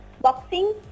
boxing